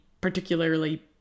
particularly